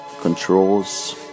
controls